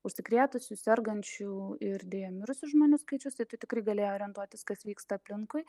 užsikrėtusių sergančių ir deja mirusių žmonių skaičius tai tai tikrai galėjo orientuotis kas vyksta aplinkui